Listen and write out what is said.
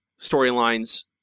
storylines